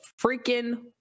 freaking